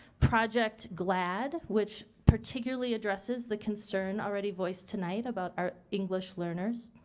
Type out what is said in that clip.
project glad, which particularly addresses the concern already voiced tonight about our english learners.